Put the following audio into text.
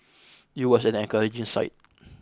it was an encouraging sight